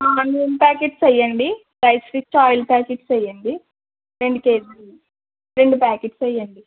నూనె ప్యాకెట్స్ వెయ్యండి rice rich oil packets వెయ్యండి రెండు కేజీలు రెండు ప్యాకెట్స్ వెయ్యండి